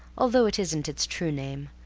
although it isn't its true name,